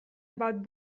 about